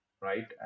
right